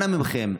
אנא מכם,